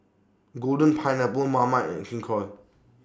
Golden Pineapple Marmite and King Koil